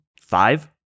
five